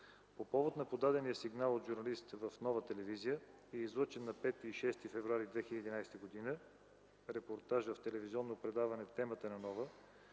По повод на подадения сигнал от журналистите в Нова телевизия и излъчения на 5 и 6 февруари 2011 г. репортаж в телевизионно предаване „Темата на Нова”